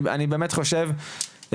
אני באמת חושב,